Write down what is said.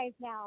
now